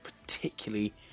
particularly